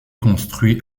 construit